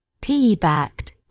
PE-backed